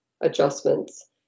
adjustments